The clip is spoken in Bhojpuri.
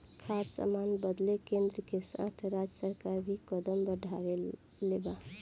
खाद्य सामान बदे केन्द्र के साथ राज्य सरकार भी कदम बढ़ौले बा